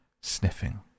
sniffing